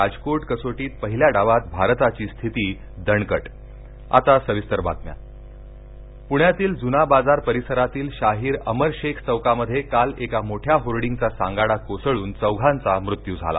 राजकोट कसोटीत पहिल्या डावात भारताची स्थिती दणकट होर्डिंग प्ण्यातील जुना बाजार परिसरातील शाहीर अमर शेख चौकामध्ये काल एक मोठ्या होर्डींगचा सांगाडा कोसळून चौघांचा मृत्यू झाला